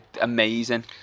amazing